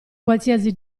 qualsiasi